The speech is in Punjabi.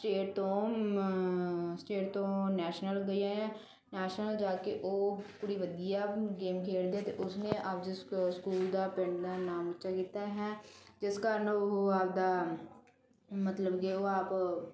ਸਟੇਟ ਤੋਂ ਸਟੇਟ ਤੋਂ ਨੈਸ਼ਨਲ ਗਈ ਆ ਨੈਸ਼ਨਲ ਜਾ ਕੇ ਉਹ ਕੁੜੀ ਵਧੀਆ ਗੇਮ ਖੇਡਦੀ ਆ ਅਤੇ ਉਸਨੇ ਆਪ ਦੇ ਸ ਸਕੂਲ ਦਾ ਪਿੰਡ ਦਾ ਨਾਮ ਉੱਚਾ ਕੀਤਾ ਹੈ ਜਿਸ ਕਾਰਨ ਉਹ ਆਪ ਦਾ ਮਤਲਬ ਕਿ ਉਹ ਆਪ